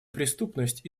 преступность